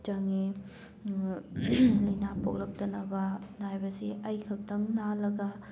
ꯆꯪꯉꯤ ꯂꯥꯏꯅꯥ ꯄꯣꯛꯂꯛꯇꯅꯕ ꯍꯥꯏꯕꯁꯤ ꯑꯩꯈꯛꯇꯪ ꯅꯥꯜꯂꯒ